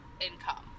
income